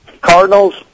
Cardinals